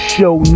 Show